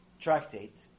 tractate